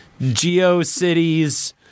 geocities